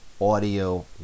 audio